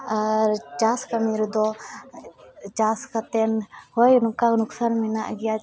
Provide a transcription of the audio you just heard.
ᱟᱨ ᱪᱟᱥ ᱠᱟᱹᱢᱤᱨᱮᱫᱚ ᱪᱟᱥ ᱠᱟᱛᱮᱫ ᱦᱳᱭ ᱱᱚᱝᱠᱟ ᱞᱚ ᱠᱥᱟᱱ ᱢᱮᱱᱟᱜ ᱜᱮᱭᱟ